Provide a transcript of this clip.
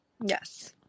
Yes